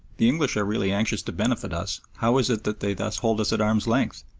the english are really anxious to benefit us, how is it that they thus hold us at arm's length?